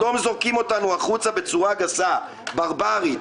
פתאום זורקים אותנו החוצה בצורה גסה, ברברית.